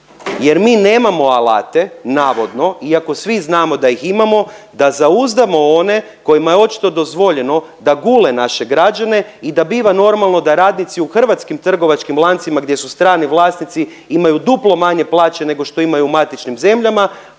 jer mi nemamo alate navodno iako svi znamo da ih imamo da zauzdamo one kojima je očito dozvoljeno da gule naše građane i da biva normalno da radnici u hrvatskim trgovačkim lancima gdje su strani vlasnici, imaju duplo manje plaće nego što imaju u matičnim zemljama,